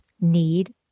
need